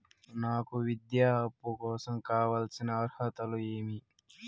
నాకు విద్యా అప్పు కోసం కావాల్సిన అర్హతలు ఏమి?